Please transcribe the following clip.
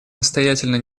настоятельно